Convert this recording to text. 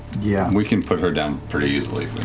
yeah we can put her down pretty easily